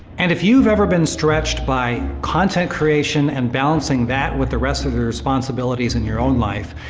and if you've ever been stretched by content creation, and balancing that with the rest of your responsibilities in your own life,